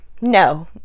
No